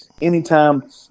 Anytime